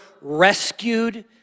rescued